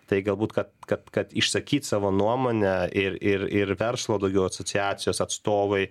tai galbūt kad kad kad išsakyt savo nuomonę ir ir ir verslo daugiau asociacijos atstovai